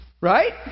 right